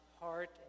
heart